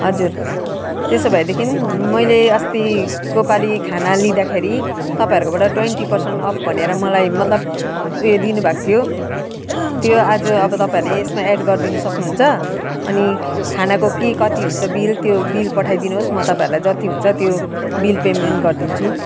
हजुर त्यसो भएदेखि मैले अस्तिको पालि खाना लिँदाखेरि तपाईँहरूकोबाट ट्वेन्टी पर्सेन्ट अफ भनेर मलाई मतलब ए दिनु भएको थियो त्यो आज अब तपाईँहरूले यसमा एड गरिदिन सक्नु हुन्छ अनि खानाको के कति हुन्छ बिल त्यो बिल पठाइदिनु होस् म तपाईँहरूलाई जति हुन्छ त्यो बिल पेमेन्ट गरिदिन्छु